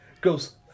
Goes